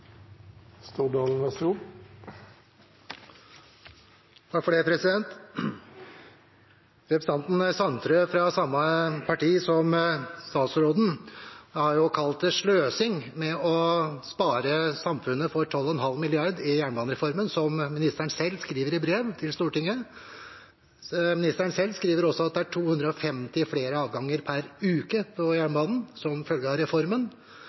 Representanten Sandtrøen, fra samme parti som statsråden, har kalt det sløsing å spare samfunnet for 12,5 mrd. kr i jernbanereformen, som ministeren selv skriver i brev til Stortinget. Ministeren skriver også at det er 250 flere avganger per uke på jernbanen, som følge av reformen.